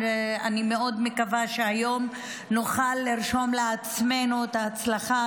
אני מאוד מקווה שהיום נוכל לרשום לעצמנו את ההצלחה,